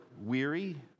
weary